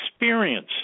experience